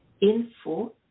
info